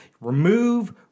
remove